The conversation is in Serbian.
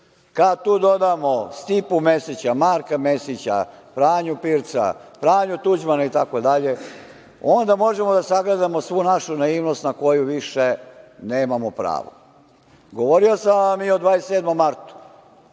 tu dodamo Stipu Mesića, Marka Mesića, Franju Pirca, Franju Tuđmana itd, onda možemo da sagledamo svu našu naivnost na koju više nemamo pravo. Govorio sam vam i o 27. martu,